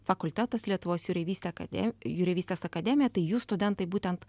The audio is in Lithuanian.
fakultetas lietuvos jūreivystė akadem jūreivystės akademija tai jų studentai būtent